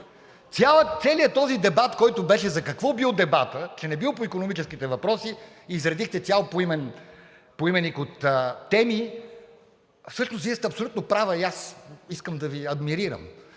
целия този дебат, който беше за какво бил дебатът, че не бил по икономическите въпроси и изредихте цял поименник от теми, всъщност Вие сте абсолютно права и аз искам да Ви адмирирам.